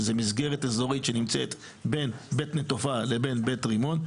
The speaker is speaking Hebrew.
שזו מסגרת אזורית שנמצאת בין בית נטופה לבין בית רימון.